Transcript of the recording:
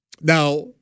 Now